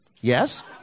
yes